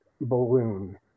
balloon